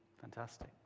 Fantastic